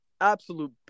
absolute